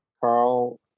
Carl